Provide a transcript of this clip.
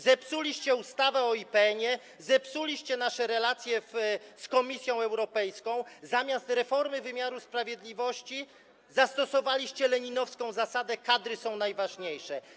Zepsuliście ustawę o IPN-ie, zepsuliście nasze relacje z Komisją Europejską, zamiast reformy wymiaru sprawiedliwości zastosowaliście leninowską zasadę: kadry są najważniejsze.